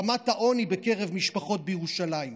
זו רמת העוני בקרב משפחות בירושלים,